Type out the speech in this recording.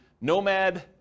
Nomad